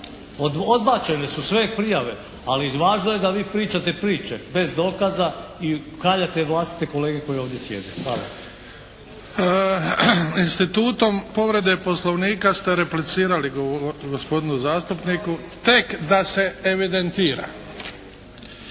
Odbačene su sve prijave, ali važno je da vi pričate priče bez dokaza i kaljate vlastite kolege koji ovdje sjede. Hvala. **Bebić, Luka (HDZ)** Institutom povrede Poslovnika ste replicirali gospodinu zastupniku tek da se evidentira.